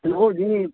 hello جی